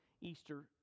Easter